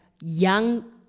young